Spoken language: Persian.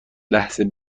لحظه